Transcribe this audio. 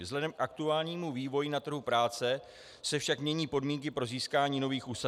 Vzhledem k aktuálnímu vývoji na trhu práce se však mění podmínky pro získání nových uchazečů.